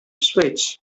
switch